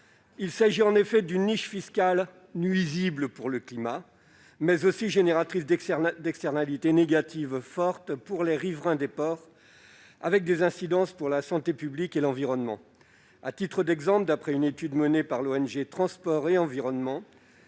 Il s'agit en effet d'une niche fiscale nuisible au climat, mais aussi génératrice d'externalités négatives fortes pour les riverains des ports, avec des incidences sur la santé publique et l'environnement. D'après une étude menée par l'ONG Transport & Environnement,